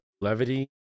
levity